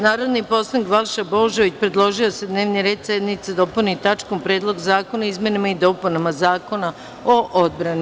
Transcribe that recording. Narodni poslanik Balša Božović predložio je da se dnevni red sednice dopuni tačkom Predlog zakona o izmenama i dopunama Zakona o odbrani.